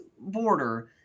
border